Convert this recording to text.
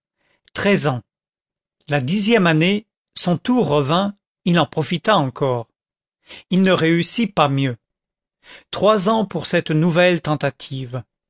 treize ans la dixième année son tour revint il en profita encore il ne réussit pas mieux trois ans pour cette nouvelle tentative